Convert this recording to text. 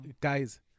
Guys